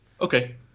Okay